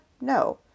No